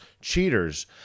cheaters